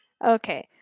Okay